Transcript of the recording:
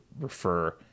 refer